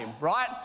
right